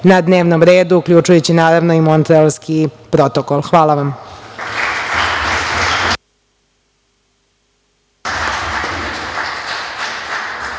na dnevnom redu, uključujući, naravno, i Montrealski protokol. Hvala vam.